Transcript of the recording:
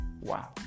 wow